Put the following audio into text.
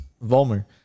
Volmer